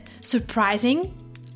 surprising